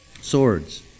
swords